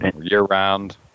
year-round